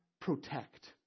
protect